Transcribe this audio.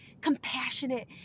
compassionate